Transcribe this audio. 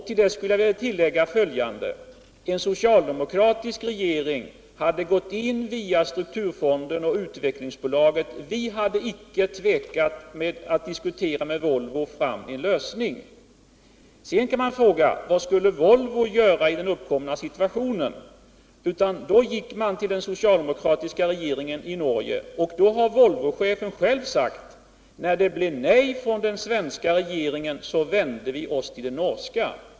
Till det vill jag säga att en socialdemokratisk regering hade gått in och stött Volvo via strukturfonden och Utvecklingsbolaget. Vi hade inte tvekat när det gällt att tillsammans med Volvo diskutera fram en lösning. Man kan fråga sig vad Volvo skulle göra i den uppkomna situationen. Nu vände man sig till den socialdemokratiska regeringen i Norge. Volvochefen har själv sagt, att när det blev nej hos den svenska regeringen så vände man sig till den norska.